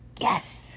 Yes